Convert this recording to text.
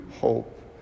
hope